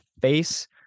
face